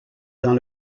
dans